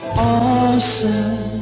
awesome